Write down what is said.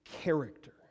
character